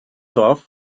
dorf